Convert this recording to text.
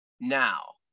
now